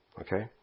Okay